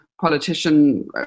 politician